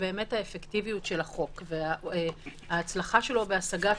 שהאפקטיביות של החוק וההצלחה שלו בהשגת